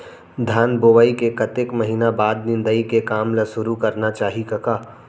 धान बोवई के कतेक महिना बाद निंदाई के काम ल सुरू करना चाही कका?